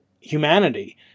humanity